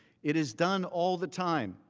it is done all the time.